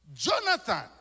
Jonathan